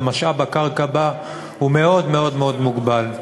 ומשאב הקרקע בה הוא מאוד מאוד מוגבל.